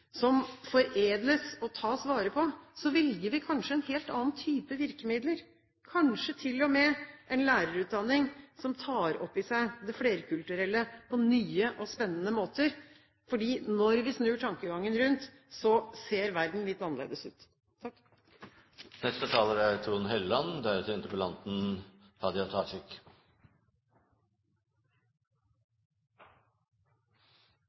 som foredles og tas vare på, velger vi kanskje en helt annen type virkemidler, kanskje til og med en lærerutdanning som tar opp i seg det flerkulturelle på nye og spennende måter, for når vi snur tankegangen rundt, ser verden litt annerledes ut.